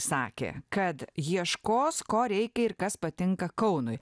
sakė kad ieškos ko reikia ir kas patinka kaunui